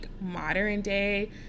modern-day